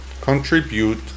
Contribute